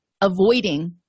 avoiding